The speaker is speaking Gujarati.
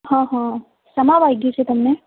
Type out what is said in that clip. હા હા શામાં વાગ્યું છે તમને